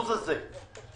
לקבל תוכנית?